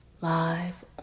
live